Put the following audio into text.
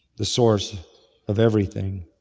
the source of everything.